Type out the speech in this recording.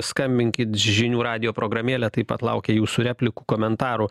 skambinkit žinių radijo programėlė taip pat laukia jūsų replikų komentarų